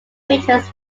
features